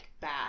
bad